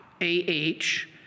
A-H